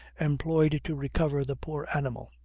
employed to recover the poor animal.